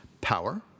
power